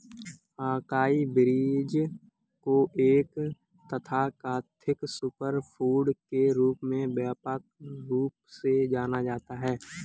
acai berries को एक तथाकथित सुपरफूड के रूप में व्यापक रूप से जाना जाता है